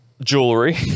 Jewelry